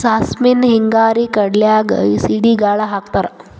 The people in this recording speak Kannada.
ಸಾಸ್ಮಿನ ಹಿಂಗಾರಿ ಕಡ್ಲ್ಯಾಗ ಸಿಡಿಗಾಳ ಹಾಕತಾರ